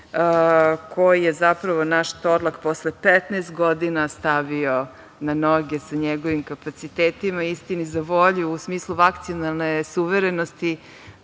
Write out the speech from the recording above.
koji je zapravo naš „Torlak“ posle 15 godina stavio na noge sa njegovim kapacitetima. Istini za volju, u smislu vakcinalne suverenosti